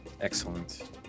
Excellent